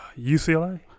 UCLA